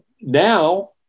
now